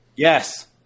Yes